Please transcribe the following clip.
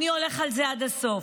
הוא הולך עם זה עד הסוף.